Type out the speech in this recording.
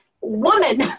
woman